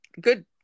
good